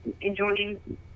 enjoying